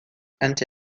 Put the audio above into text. anti